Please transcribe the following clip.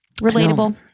relatable